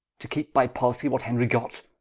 to keepe by policy what henrie got